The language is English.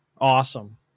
Awesome